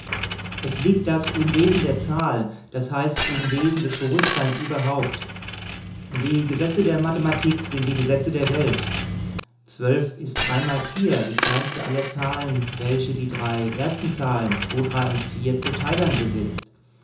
es liegt das im wesen der zahl das heißt im wesen des bewußtseins überhaupt die gesetze der mathematik sind die gesetze der welt ist dreimal vier die kleinste aller zahlen welche die drei ersten zahlen wo drei zu teilern besitzt